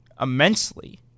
immensely